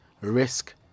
risk